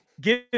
give